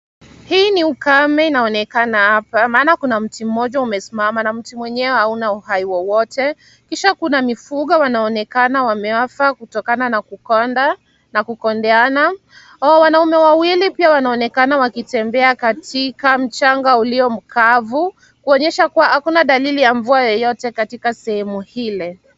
Hii ni ukame inaonekana hapa , maana kuna mti mmoja umesimama na mti mwenyewe hauna uhai wowote. Kisha kuna mifugo, wanaonekana wamekufa kutokana na kukonda na kukondeana. Wanaume wawili pia wanaonekana wakitembea katika, mchanga ulio mkavu , kuonyesha kwa hakuna dalili ya mvua yeyote katika sehemu ile.